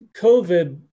COVID